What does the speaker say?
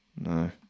No